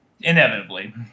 Inevitably